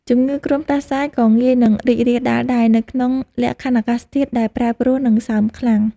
ជំងឺគ្រុនផ្តាសាយក៏ងាយនឹងរីករាលដាលដែរនៅក្នុងលក្ខខណ្ឌអាកាសធាតុដែលប្រែប្រួល និងសើមខ្លាំង។